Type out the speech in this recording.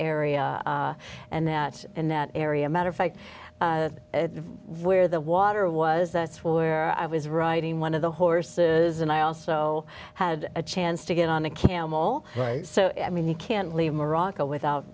area and that in that area matter of fact where the water was that's where i was writing one of the horses and i also had a chance to get on a camel so i mean you can't leave morocco without